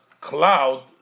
cloud